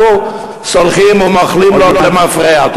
אנחנו סולחים ומוחלים לו למפרע.